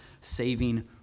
saving